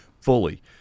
fully